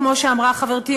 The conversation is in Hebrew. כמו שאמרה חברתי,